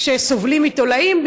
שסובלים מתולעים,